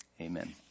Amen